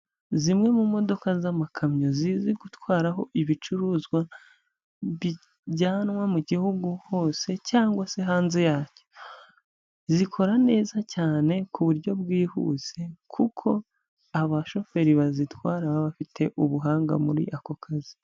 Zimwe mu modoka z'amakamyo zizi gutwaraho ibicuruzwa bijyanwa mu gihugu hose cyangwa se hanze yacyo, zikora neza cyane ku buryo bwihuse, kuko abashoferi bazitwara bafite ubuhanga muri ako kazi.